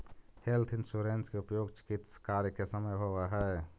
health insurance के उपयोग चिकित्स कार्य के समय होवऽ हई